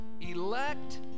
elect